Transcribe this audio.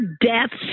deaths